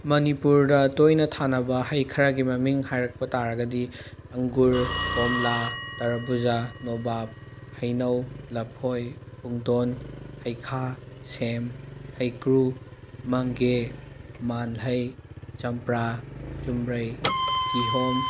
ꯃꯅꯤꯄꯨꯔꯗ ꯇꯣꯏꯅ ꯊꯥꯅꯕ ꯍꯩ ꯈꯔꯒꯤ ꯃꯃꯤꯡ ꯍꯥꯏꯔꯛꯄ ꯇꯥꯔꯒꯗꯤ ꯑꯪꯒꯨꯔ ꯀꯣꯝꯂꯥ ꯇꯔꯕꯨꯖ ꯅꯣꯕꯥꯞ ꯍꯩꯅꯩ ꯂꯐꯣꯏ ꯄꯨꯡꯗꯣꯟ ꯍꯩꯈꯥ ꯁꯦꯝ ꯍꯩꯀ꯭ꯔꯨ ꯃꯪꯒꯦ ꯃꯥꯜꯍꯩ ꯆꯝꯄ꯭ꯔꯥ ꯆꯨꯝꯕ꯭ꯔꯩ ꯀꯤꯍꯣꯝ